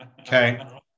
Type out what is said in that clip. okay